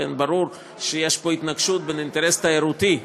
ברור שיש פה התנגשות בין אינטרס תיירותי,